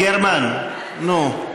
גרמן, נו.